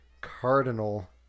Cardinal